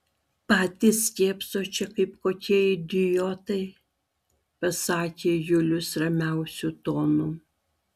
patys kėpsot čia kaip kokie idiotai pasakė julius ramiausiu tonu